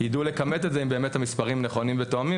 ידעו לכמת את זה אם באמת המספרים נכונים ותואמים